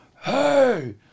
Hey